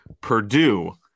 Purdue